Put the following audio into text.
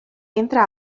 entre